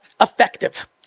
Effective